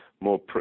more